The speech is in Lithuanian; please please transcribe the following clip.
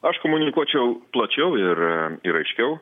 aš komunikuočiau plačiau ir ir aiškiau